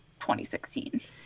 2016